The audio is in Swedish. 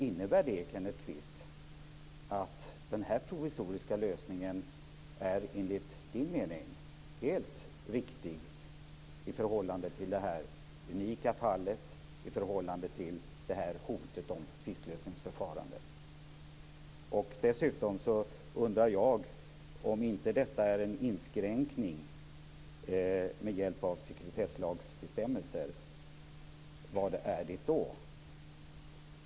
Innebär det, Kenneth Kvist, att den provisoriska lösningen enligt hans mening är helt riktig i förhållande till det aktuella unika fallet och till hotet om tvistlösningsförfarande? Jag undrar för det andra: Om detta inte är en inskränkning med hjälp av sekretesslagsbestämmelser, vad är det då?